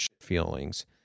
feelings